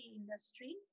industry